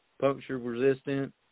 puncture-resistant